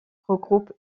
regroupe